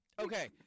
Okay